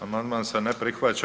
Amandman se ne prihvaća.